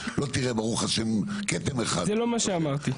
לא תראה ברוך ה' כתם אחד --- זה לא מה שאמרתי.